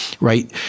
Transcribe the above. right